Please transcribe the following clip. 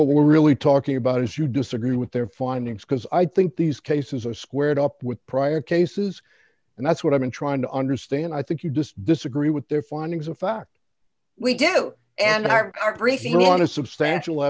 what we're really talking about is you disagree with their findings because i think these cases are squared up with prior cases and that's what i've been trying to understand i think you just disagree with their findings of fact we did and are breaking on a substantial